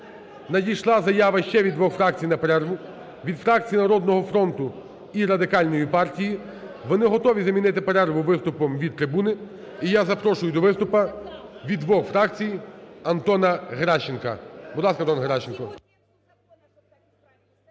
надійшла заява ще від двох фракцій на перерву: від фракції "Народного фронту" і Радикальної партії. Вони готові замінити перерву виступом від трибуни. І я запрошую до виступу від двох фракцій Антона Геращенка. Будь ласка, Антон Геращенко.